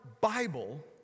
Bible